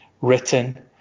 written